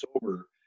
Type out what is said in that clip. sober